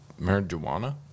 marijuana